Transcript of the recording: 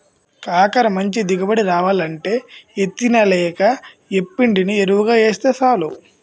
కాకర మంచి దిగుబడి రావాలంటే యిత్తి నెలయ్యాక యేప్పిండిని యెరువుగా యేస్తే సాలు